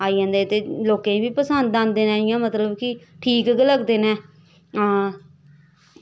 आई जंदे ते लोकें बी पसंद आंदे नै इयां मतलव कि ठीक गै लगदे नै हां